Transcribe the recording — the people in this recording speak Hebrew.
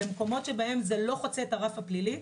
במקומות שבהם זה לא חוצה את הרף הפלילי,